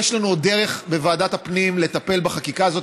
יש לנו עוד דרך בוועדת הפנים לטפל בחקיקה הזאת,